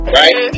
right